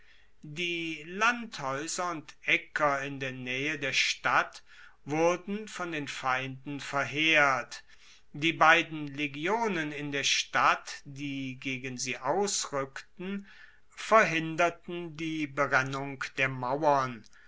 die landhaeuser und aecker in der naehe der stadt wurden von den feinden verheert die beiden legionen in der stadt die gegen sie ausrueckten verhinderten die berennung der mauern